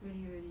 really really